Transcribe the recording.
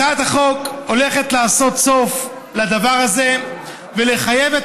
הצעת החוק הולכת לעשות סוף לדבר הזה ולחייב את